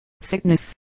sickness